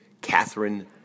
Catherine